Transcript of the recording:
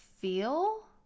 feel